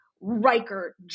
Riker